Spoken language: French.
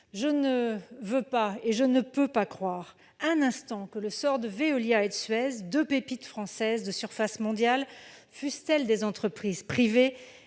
je ne veux pas et je ne peux pas croire un instant que, dans les dernières années, le sort de Veolia et de Suez, deux pépites françaises de surface mondiale, fussent-elles des entreprises privées,